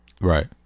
Right